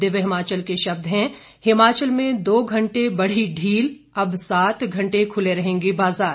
दिव्य हिमाचल के शब्द हैं हिमाचल में दो घंटे बढ़ी ढील अब सात घंटे खुले रहेंगे बाजार